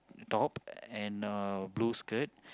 top and uh blue skirt